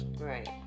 Right